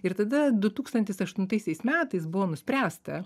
ir tada du tūkstantis aštuntaisiais metais buvo nuspręsta